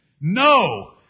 No